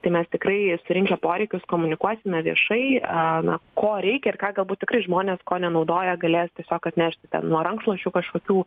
tai mes tikrai surinkę poreikius komunikuosime viešai na ko reikia ir ką galbūt tikrai žmonės ko nenaudoja galės tiesiog atnešti ten nuo rankšluosčių kažkokių